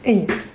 eh